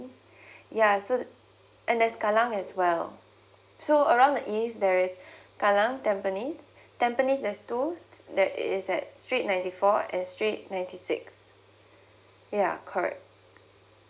ya so and that's kallang as well so around the east there is kallang tampines tampines there's two that it's that street ninety four iand street ninety six ya correct